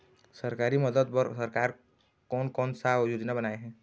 सरकारी मदद बर सरकार कोन कौन सा योजना बनाए हे?